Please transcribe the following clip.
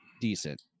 decent